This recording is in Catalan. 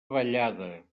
vallada